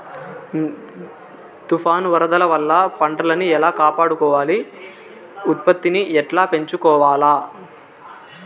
తుఫాను, వరదల వల్ల పంటలని ఎలా కాపాడుకోవాలి, ఉత్పత్తిని ఎట్లా పెంచుకోవాల?